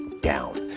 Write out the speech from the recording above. down